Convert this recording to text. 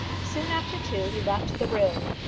soon after two he left the room,